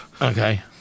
Okay